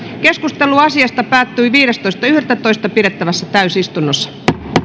keskustelu asiasta päättyi viidestoista yhdettätoista kaksituhattakahdeksantoista pidetyssä täysistunnossa